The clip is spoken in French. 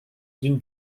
d’une